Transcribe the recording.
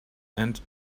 and